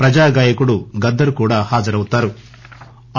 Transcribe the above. ప్రజా గాయకుడు గద్దర్ కూడా హజరవుతారు